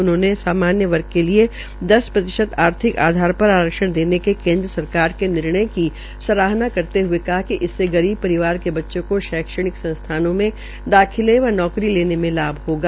उन्होंने सामान्य वर्ग के लिये दस प्रतिशत आर्थिक आधार पर आरक्षण देने के केन्द्र सरकार के निर्णय की सराहना करते हये कहा कि इससे गरीब परिवार के बच्चों को शैक्षणिक संसथाओं में दाखिले व नौकरी लेने में लाभ होगा